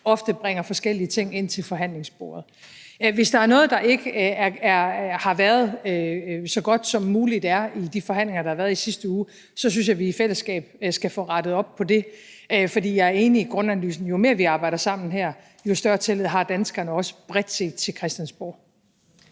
ofte bringer forskellige ting ind til forhandlingsbordet. Hvis der er noget, der ikke har været så godt som muligt i de forhandlinger, der har været i sidste uge, synes jeg, vi i fællesskab skal få rettet op på det, for jeg er enig i grundanalysen: jo mere, vi arbejder sammen her, jo større tillid har danskerne også bredt set til Christiansborg.